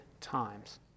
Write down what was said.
times